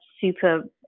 super